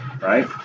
right